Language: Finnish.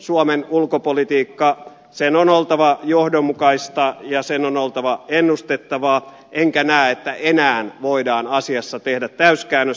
suomen ulkopolitiikan on oltava johdonmukaista ja sen on oltava ennustettavaa enkä näe että enää voidaan asiassa tehdä täyskäännös